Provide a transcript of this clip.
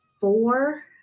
four